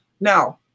now